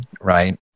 right